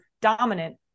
dominant